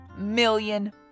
Million